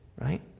right